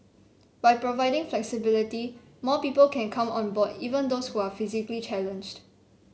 by providing flexibility more people can come on board even those who are physically challenged